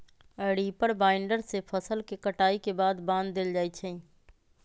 reaper binder से फसल के कटाई के बाद बान देल जाई छई